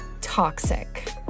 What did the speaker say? Toxic